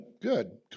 good